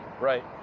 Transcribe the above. right